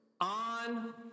On